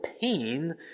pain